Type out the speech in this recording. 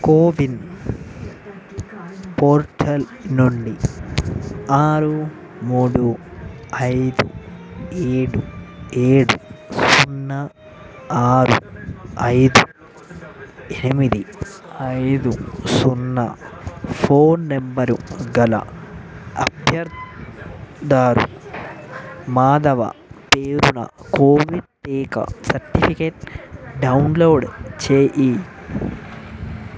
కో win portal నుండి ఆరు మూడు ఐదు ఏడు ఏడు సున్నా ఆరు ఐదు ఎనిమిది ఐదు సున్నా ఫోన్ నెంబరు గల లబ్ధిదారు మాధవ పేరున మాధవ పేరున కోవిడ్ టీకా సర్టిఫికేట్ డౌన్లోడ్ చేయి